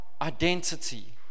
identity